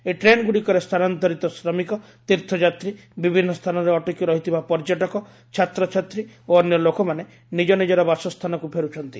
ଏହି ଟ୍ରେନ୍ଗୁଡ଼ିକରେ ସ୍ଥାନାନ୍ତରିତ ଶ୍ରମିକ ତୀର୍ଥଯାତ୍ରୀ ବିଭିନ୍ନ ସ୍ଥାନରେ ଅଟକି ରହିଥିବା ପର୍ଯ୍ୟଟକ ଛାତ୍ରଛାତ୍ରୀ ଓ ଅନ୍ୟ ଲୋକମାନେ ନିଜ ନିକ୍କର ବାସସ୍ଥାନକୁ ଫେରୁଛନ୍ତି